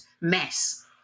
mess